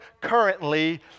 currently